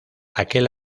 aquel